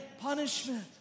punishment